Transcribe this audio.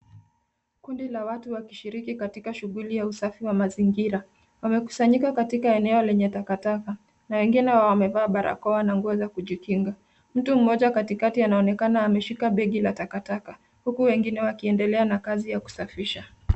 Kundi la watu wakishiriki katika shungli ya usafi wa mazingira. Wamekusanyika katika eneo lenye takataka na wengine wamevaa barakoa na nguo za kujikinga. Mtu mmoja katikati anaonekana ameshika begi la takataka huku wengine wakiendelea na kazi ya kusafisha.